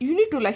usually to like